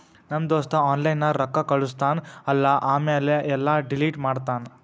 ನಮ್ ದೋಸ್ತ ಆನ್ಲೈನ್ ನಾಗ್ ರೊಕ್ಕಾ ಕಳುಸ್ತಾನ್ ಅಲ್ಲಾ ಆಮ್ಯಾಲ ಎಲ್ಲಾ ಡಿಲೀಟ್ ಮಾಡ್ತಾನ್